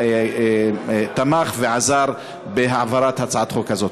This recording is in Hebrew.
שתמך ועזר בהעברת הצעת החוק הזאת.